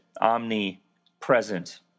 omnipresent